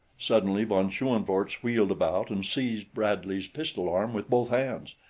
suddenly von schoenvorts wheeled about and seized bradley's pistol arm with both hands,